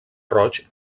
roig